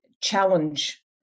challenge